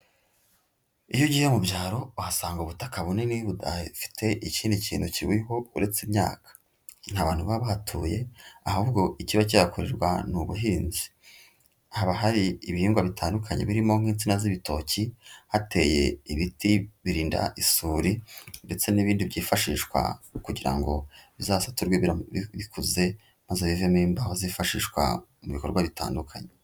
Iyo ugiye mu byaro uhasanga ubutaka bunini budafite ikindi kintu kiriho uretse imyaka, nta bantu baba bahatuye ahubwo ikiba cyihakorerwa ni ubuhinzi, haba hari ibihingwa bitandukanye birimo nk'insina z'ibitoki, hateye ibiti birinda isuri ndetse n'ibindi byifashishwa kugira ngo bizasaturwe bikuze maze bivene imbaho zifashishwa mu bikorwa bitandukanye.